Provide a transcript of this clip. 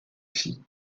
fit